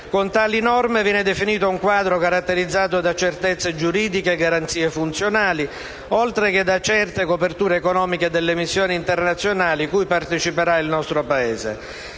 Con tali norme viene definito un quadro caratterizzato da certezze giuridiche e garanzie funzionali, oltre che da certe coperture economiche delle missioni internazionali cui parteciperà il nostro Paese.